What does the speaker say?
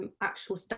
actual